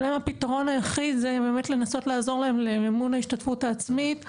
ולהם הפתרון היחיד זה באמת לנסות לעזור במימון ההשתתפות העצמית.